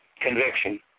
conviction